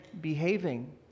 behaving